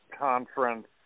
conference